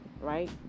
right